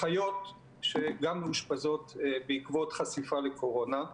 אחיות שמאושפזות בעקבות חשיפה לקורונה,